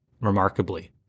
remarkably